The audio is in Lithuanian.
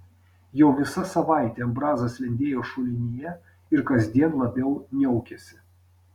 jau visa savaitė ambrazas lindėjo šulinyje ir kasdien labiau niaukėsi